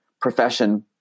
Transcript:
profession